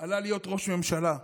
עלה להיות ראש ממשלה,